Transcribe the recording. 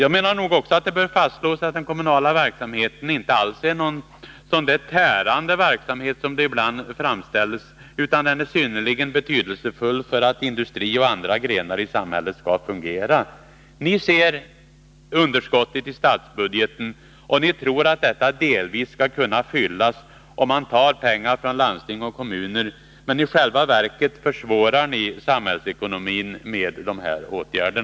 Det bör också fastslås att den kommunala verksamheten inte alls är någon tärande verksamhet, som man ibland framställer det, utan den är synnerligen betydelsefull för att industrin och andra samhällsgrenar skall fungera. Ni ser underskottet i statsbudgeten och tror att detta delvis skall kunna klaras av om man tar pengar från landsting och kommuner. I själva verket försämras samhällsekonomin på grund av dessa åtgärder.